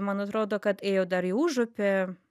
man atrodo kad ėjo dar į užupį